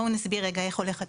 בואו נסביר רגע איך הולך התהליך.